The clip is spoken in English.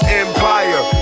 empire